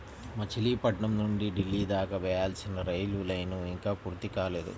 మచిలీపట్నం నుంచి ఢిల్లీ దాకా వేయాల్సిన రైలు లైను ఇంకా పూర్తి కాలేదు